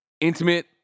intimate